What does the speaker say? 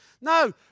No